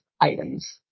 items